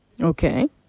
Okay